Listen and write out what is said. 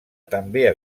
també